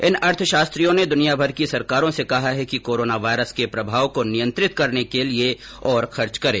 इन अर्थशास्त्रियों ने दुनियाभर की सरकारों से कहा है कि कोरोना वायरस के प्रभाव को नियंत्रित करने के लिए और खर्च करें